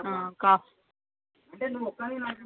cost